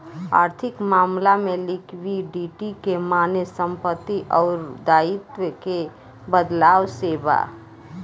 आर्थिक मामला में लिक्विडिटी के माने संपत्ति अउर दाईत्व के बदलाव से बा